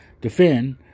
defend